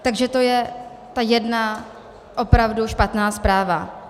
Takže to je ta jedna opravdu špatná zpráva.